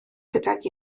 gydag